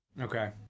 okay